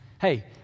Hey